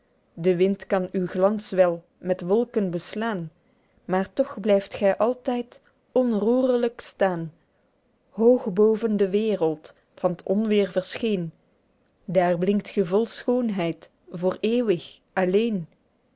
de wind kan uw glans wel met wolken beslaên maer toch blyft gy altyd onroerelyk staen hoog boven de wereld van t onweêr verscheên daer blinkt ge vol schoonheid voor eeuwig alleen